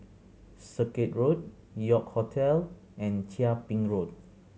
Circuit Road York Hotel and Chia Ping Road